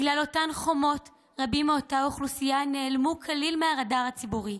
בגלל אותן חומות רבים מאותה אוכלוסייה נעלמו כליל מהרדאר הציבורי.